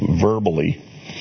verbally